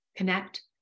Connect